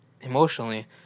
emotionally